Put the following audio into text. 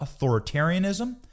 authoritarianism